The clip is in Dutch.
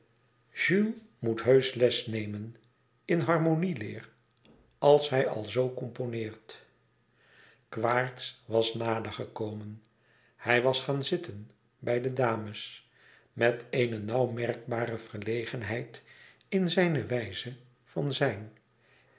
moest heusch les nemen in harmonieleer als hij al zoo componeert louis couperus extaze een boek van geluk quaerts was nader gekomen hij was gaan zitten bij de dames met eene nauw merkbare verlegenheid in zijne wijze van zijn